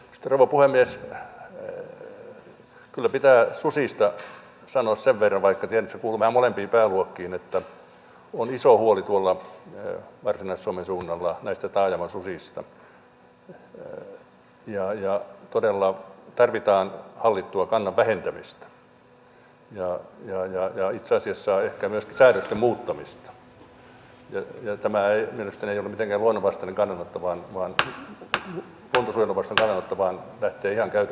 sitten rouva puhemies kyllä pitää susista sanoa sen verran vaikka tiedän että se kuuluu näihin molempiin pääluokkiin että on iso huoli tuolla varsinais suomen suunnalla näistä taajamasusista ja todella tarvitaan hallittua kannan vähentämistä ja itse asiassa ehkä myöskin säädösten muuttamista ja tämä ei mielestäni ole mitenkään luonnon vastainen kannanotto vaan lähtee ihan käytännön tilanteesta